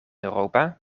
europa